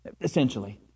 essentially